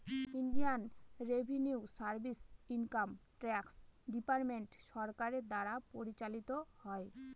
Indian revenue service income tax department সরকারের দ্বারা পরিচালিত হয়